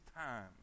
time